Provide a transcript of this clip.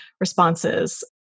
responses